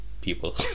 people